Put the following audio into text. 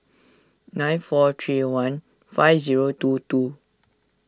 nine four three one five zero two two